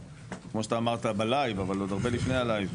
כמו שאתה אמרת בלייב, אבל עוד הרבה לפני הלייב.